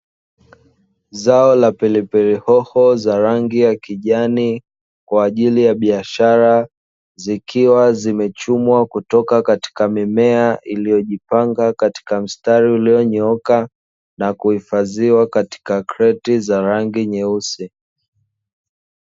Zao la pilipili hoho za rangi ya kijani kwa ajili ya biashara, zikiwa zimechumwa kutoka katika mimea iliyojipanga katika msitari ulionyooka na kuhifadhiwa katika kreti za rangi nyeusi.